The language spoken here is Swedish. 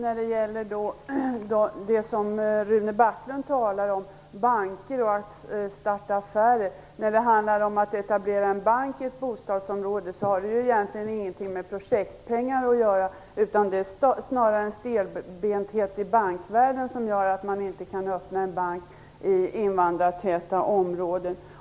Fru talman! Rune Backlund talar om banker och affärer. Frågan om att etablera en bank i ett bostadsområde har egentligen ingenting med projektpengar att göra. Det är snarare en stelbenthet i bankvärlden som gör att man inte kan öppna en bank i invandrartäta områden.